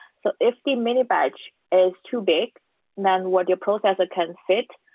so if the mini-batch is too big than what your processor can fit,